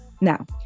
Now